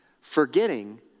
forgetting